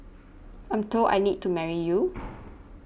I'm told I need to marry you